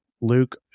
Luke